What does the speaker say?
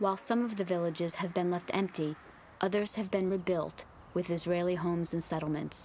while some of the villages have been left empty others have been rebuilt with israeli homes and settlements